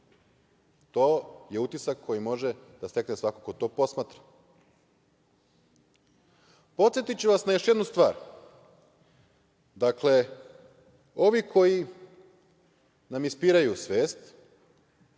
To je utisak koji može da stekne svako ko to posmatra. Podsetiću vas na još jednu stvar. Dakle, ovi koji nam ispiraju svest,